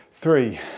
three